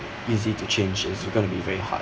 easy to change it's gonna be very hard